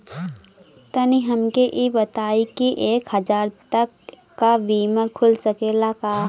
तनि हमके इ बताईं की एक हजार तक क बीमा खुल सकेला का?